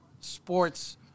sports